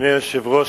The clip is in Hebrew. אדוני היושב-ראש,